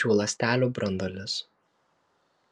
šių ląstelių branduolius